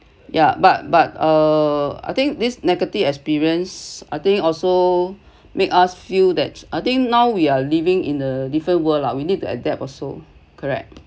ya but but err I think this negative experience I think also make us feel that I think now we're living in a different world lah we need to adapt also correct